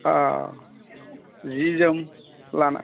औ सि जोम लाना